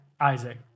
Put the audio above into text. Isaac